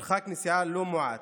מרחק נסיעה לא מועט,